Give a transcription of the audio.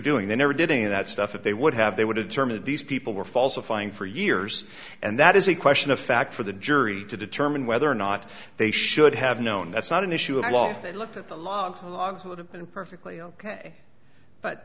doing they never did any of that stuff that they would have they would have determined these people were falsifying for years and that is a question of fact for the jury to determine whether or not they should have known that's not an issue at all if they looked at the logs logs would have been perfectly ok but